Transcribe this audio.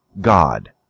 God